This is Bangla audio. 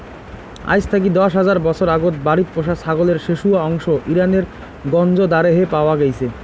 আইজ থাকি দশ হাজার বছর আগত বাড়িত পোষা ছাগলের শেশুয়া অংশ ইরানের গঞ্জ দারেহে পাওয়া গেইচে